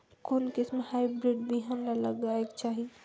कोन किसम हाईब्रिड बिहान ला लगायेक चाही?